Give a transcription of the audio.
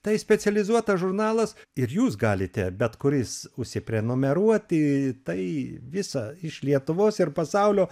tai specializuotas žurnalas ir jūs galite bet kuris užsiprenumeruoti tai visą iš lietuvos ir pasaulio